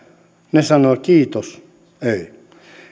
ne sanovat kiitos ei